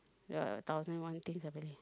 ya thousand and one things ah Belly